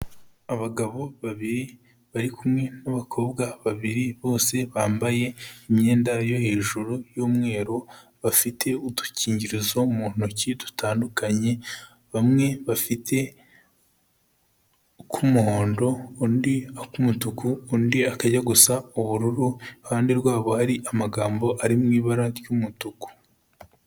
Abagabo babiri bari kumwe n'abakobwa babiri bose bambaye imyenda yo hejuru y'umweru, bafite udukingirizo mu ntoki dutandukanye, bamwe bafite ak'umuhondo, undi ak'umutuku, undi akajya gusa ubururu, iruhande rwabo hari amagambo ari mu ibara ry'umutuku.